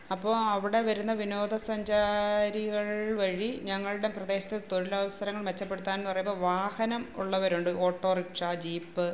അപ്പോൾ അവിടെ വരുന്ന വിനോദസഞ്ചാരികള് വഴി ഞങ്ങളുടെ പ്രദേശത്ത് തൊഴിലവസരങ്ങള് മെച്ചപ്പെടുത്താന് എന്ന് പറയുമ്പോൾ വാഹനം ഉള്ളവരുണ്ട് ഓട്ടോറിക്ഷ ജീപ്പ്